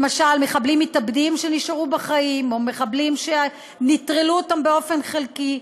למשל מחבלים מתאבדים שנשארו בחיים או מחבלים שנטרלו אותם באופן חלקי.